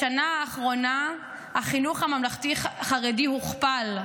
בשנה האחרונה החינוך הממלכתי-חרדי הוכפל.